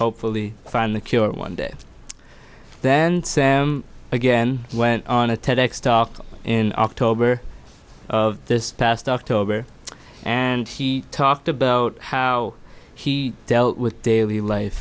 hopefully find the cure one day then sam again went on a tech stock in october of this past october and he talked about how he dealt with daily life